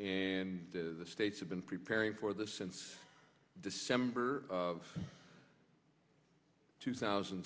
and the states have been preparing for this since december of two thousand